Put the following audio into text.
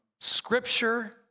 Scripture